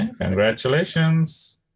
Congratulations